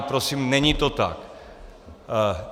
Prosím, není to tak.